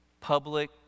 public